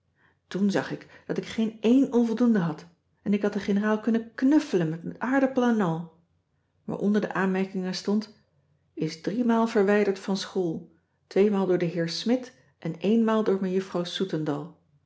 toen zag ik dat ik geen een onvoldoende had en ik had de generaal kunnen knuffelen met aardappel en al maar onder de aanmerkingen stond is drie maal verwijderd van school twee maal door den heer smidt en éen maal door mej soetendal